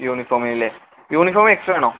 യൂണിഫോമിന് അല്ലേ uniform extra ആണോ